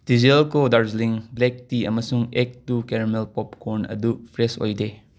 T G L co Darjeeling black tea ꯑꯃꯁꯨꯡ X two caramel popcorn ꯑꯗꯨ fresh ꯑꯣꯏꯗꯦ